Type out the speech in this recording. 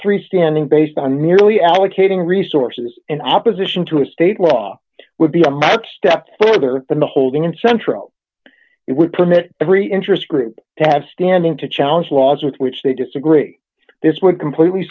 three standing based on merely allocating resources in opposition to a state law would be a marked step further than the holding and central it would permit every interest group to have standing to challenge laws with which they disagree this would completely